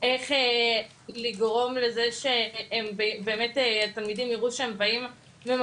גם עם